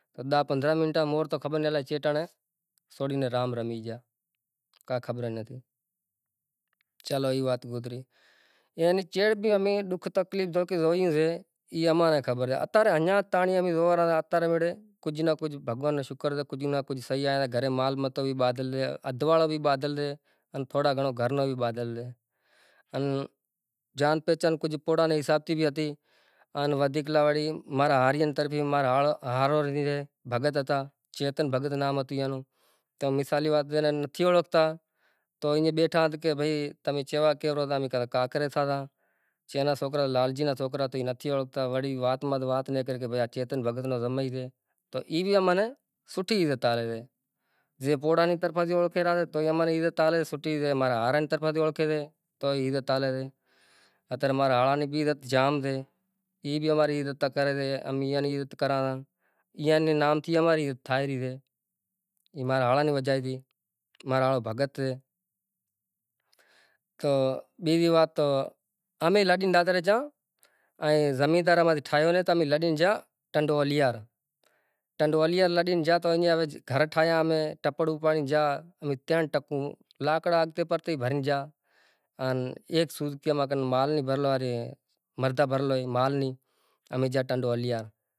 کہ توہاں کھے خبر آھے چار چار جنڑا کھنڑنڑ منع آھے، تو امیں کیدہو سائیں ایوی وات تو سے ئی نئیں، تو ہوے دھکا تو کادہا پر ہوے شوں کراں پسے ایم کرے بیلی نیہریا گھرے پوہتیا تو ہیکے بیزے سیں صلاح کرے رہیا کہ بیلی ہوارے ہلنڑو شے بنیئے کہ میں کہیو دھکا نتھی کھایا نتھی زائوں آپیں بھائی، زائوں ئی نتھی، تو ای سے کرونا واڑو حساب ایوو ہتو گھنڑا ئی دھکا کھادہا بنیئے ناں پہتیا بنیئے میں میہا بیہا بدہا ئی ہوکے گیا۔ تو ہئی حساب کتاب تو اینے سیڑے ہوے آیا ساں ڈاریک بیٹھا ساں میرپور ماتھے تو منڈی رے پاہے میں ساں تو مزوری کراں ساں، بھاجی باجی ویساں ساں تو تھوڑو گھنڑو ماشاخوری واڑو حساب ان بنی بھی واہواساں، ائیں سبزی بھی ہنبھاراں ساں ان مٹر بٹر ائیں مٹراں رو حساب کتاب بھی کریئاں ساں ان مٹر بھی واہویو امیں زندگی میں کوئی بھی نتھی پنڑ تجربو سےواہیا نوں مٹراں روں، مٹراں رو تجربو ای سے واہیا نو کہ مٹر جو ای بھی ماناں ہیک کھیریو نیہکرے سے جے ماں آنپڑے